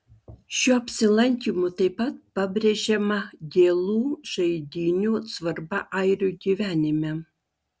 šiuo apsilankymu taip pat pabrėžiama gėlų žaidynių svarba airių gyvenime